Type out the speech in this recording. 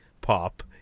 pop